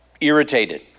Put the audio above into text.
irritated